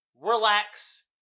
Relax